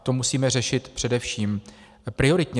To musíme řešit především prioritně.